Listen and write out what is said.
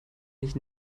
nicht